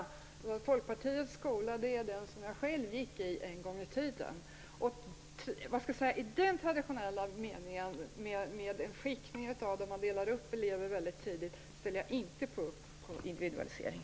Och Folkpartiets skola är den som jag själv gick i en gång i tiden. I den traditionella meningen, där man tidigt delade upp eleverna, ställer jag mig inte bakom individualisering.